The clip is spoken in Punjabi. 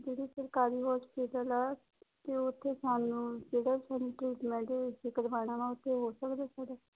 ਜਿਹੜੇ ਸਰਕਾਰੀ ਹੋਸਪਿਟਲ ਆ ਅਤੇ ਉੱਥੇ ਸਾਨੂੰ ਜਿਹੜਾ ਸਾਨੂੰ ਟ੍ਰੀਟਮੈਂਟ ਅਸੀਂ ਕਰਵਾਉਣਾ ਵਾ ਉੱਥੇ ਹੋ ਸਕਦਾ ਪੂਰਾ